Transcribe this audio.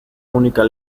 única